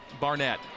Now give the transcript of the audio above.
Barnett